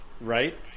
Right